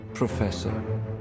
Professor